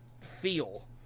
feel